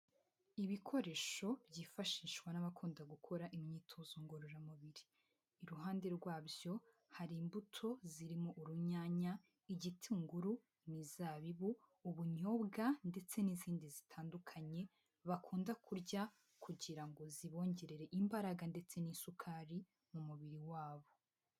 Ibikoresho byifashishwa n'abakunda gukora imyitozo ngororamubiri iruhande rwabyo hari imbuto zirimo; urunyanya, igitunguru, imizabibu, ubunyobwa ndetse n'izindi zitandukanye bakunda kurya kugira ngo zibongerere imbaraga ndetse n'isukari mu mubiri wabo.